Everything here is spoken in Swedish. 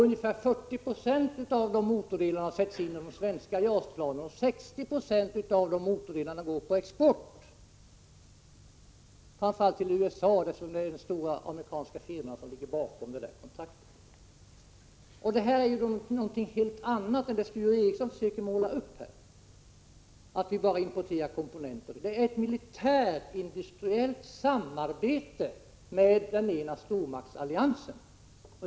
Ungefär 40 96 av dessa motordelar sätts in i de svenska JAS-planen, och 60 96 går på export, framför allt till USA, eftersom det är de stora amerikanska firmorna som ligger bakom kontraktet. Detta är ju någonting helt annat än vad Sture Ericson här försöker måla upp — att vi bara importerar komponenter. Det är fråga om ett militärindustriellt samarbete med den ena stormaktsalliansen.